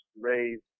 raised